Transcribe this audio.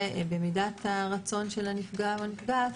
ובמידת הרצון של הנפגע או הנפגעת,